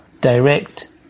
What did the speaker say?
Direct